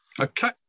okay